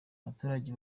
abaturage